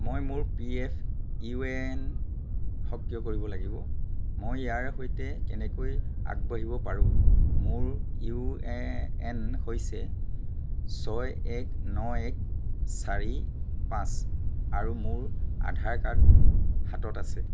মই মোৰ P F U A N সক্ৰিয় কৰিব লাগিব মই ইয়াৰ সৈতে কেনেকৈ আগবাঢ়িব পাৰোঁ মোৰ ইউ এ এন হৈছে ছয় এক ন এক চাৰি পাঁচ আৰু মোৰ আধাৰ কাৰ্ড হাতত আছে